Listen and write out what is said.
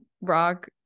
rock